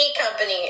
company